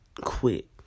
quit